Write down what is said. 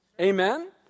Amen